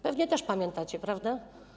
Pewnie też pamiętacie, prawda?